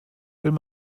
wenn